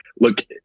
look